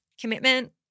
commitment